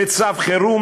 בצו חירום,